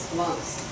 months